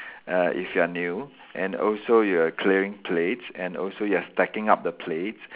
uh if you are new and also you are clearing plates and also you are stacking up the plates